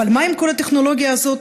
אבל מה עם כל הטכנולוגיה הזאת,